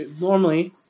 Normally